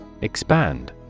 Expand